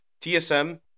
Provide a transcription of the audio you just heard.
TSM –